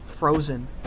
frozen